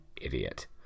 idiot